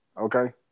Okay